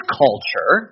culture